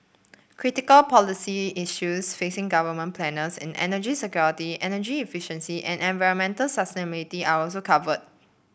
critical policy issues facing government planners in energy security energy efficiency and environmental sustainability are also covered